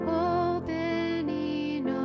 opening